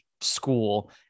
school